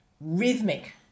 rhythmic